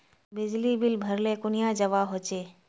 बिजली बिल भरले कुनियाँ जवा होचे?